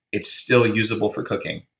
it's still usable for cooking,